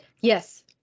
Yes